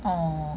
orh